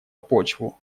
почву